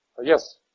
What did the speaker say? Yes